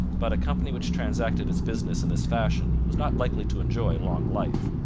but a company which transacted its business in this fashion was not likely to enjoy long life.